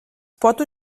pot